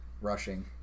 rushing